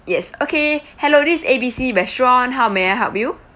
yes okay hello this A B C restaurant how may I help you